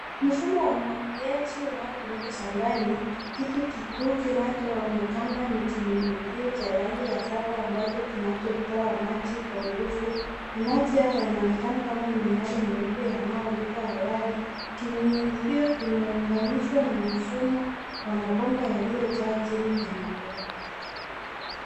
Mfumo wa umwagiliaji unaotumika shambani. Kitu kikuu kinachoonekana ni Kinyunyuzio rangi ya safa ambacho kinachotoa maji kwa nguvu na maji hayo yanaonekana kama miyale myeupe yanayoruka hewani. Kinyunyuzio kimeunganishwa na mfumo wa mabomba yaliyojaa chini kwenye udongo.